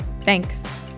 Thanks